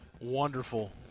Wonderful